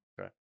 Okay